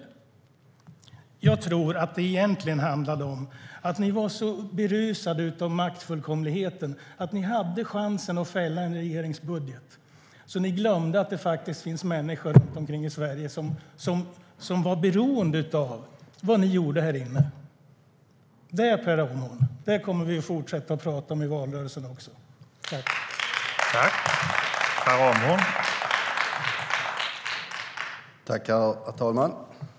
Jag tror att det egentligen handlade om att ni var så berusade av maktfullkomligheten och att ni hade chansen att fälla en regerings budget att ni glömde att det faktiskt finns människor runt om i Sverige som är beroende av vad ni gjorde här inne. Det, Per Ramhorn, kommer vi att fortsätta att tala om i valrörelsen också.